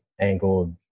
angled